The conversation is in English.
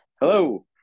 Hello